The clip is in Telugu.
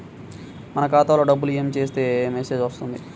మన ఖాతాలో డబ్బులు ఏమి చేస్తే మెసేజ్ వస్తుంది?